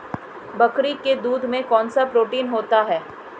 बकरी के दूध में कौनसा प्रोटीन होता है?